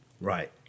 Right